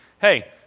hey